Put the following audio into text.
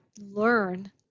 learn